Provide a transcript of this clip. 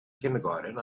kindergarten